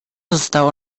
zostało